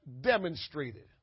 demonstrated